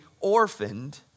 orphaned